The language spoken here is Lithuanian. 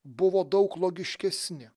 buvo daug logiškesni